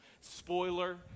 Spoiler